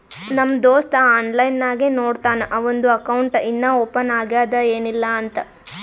ನಮ್ ದೋಸ್ತ ಆನ್ಲೈನ್ ನಾಗೆ ನೋಡ್ತಾನ್ ಅವಂದು ಅಕೌಂಟ್ ಇನ್ನಾ ಓಪನ್ ಆಗ್ಯಾದ್ ಏನಿಲ್ಲಾ ಅಂತ್